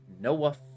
Noah